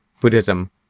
Buddhism